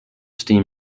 steam